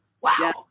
Wow